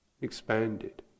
expanded